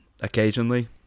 occasionally